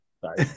Sorry